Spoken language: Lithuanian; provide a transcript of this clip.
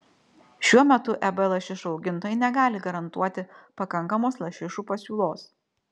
šiuo metu eb lašišų augintojai negali garantuoti pakankamos lašišų pasiūlos